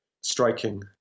striking